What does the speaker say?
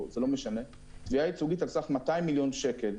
על סך 200 מיליון שקל,